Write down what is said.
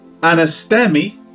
anastemi